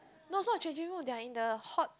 no is not changing room they're in the hot